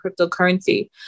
cryptocurrency